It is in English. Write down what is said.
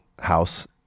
house